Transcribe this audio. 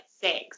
six